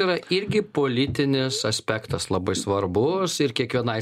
yra irgi politinis aspektas labai svarbus ir kiekvienai